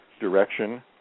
direction